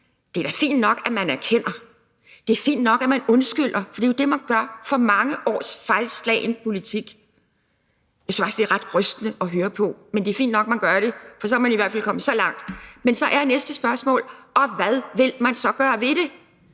Det er da fint nok, at man erkender, og det er fint nok, at man undskylder – for det er det, man gør – for mange års fejlslagen politik. Det er ret rystende at høre på, synes jeg, men det er fint nok, man gør det, for så er man i hvert fald kommet så langt. Så er næste spørgsmål: Hvad vil man så gøre ved det?